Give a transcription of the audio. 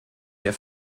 der